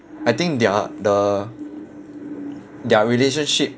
I think their the their relationship